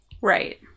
Right